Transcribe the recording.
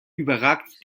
überragt